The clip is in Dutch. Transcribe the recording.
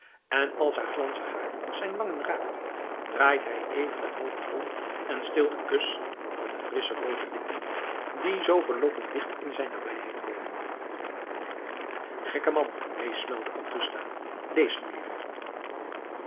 en als haar glanzig haar zijn wangen raakt draait hij even het hoofd om en steelt een kus van de frissche roode lippen die zoo verlokkend dicht in zijn nabijheid komen gekke man meesmuilt augusta lees nu liever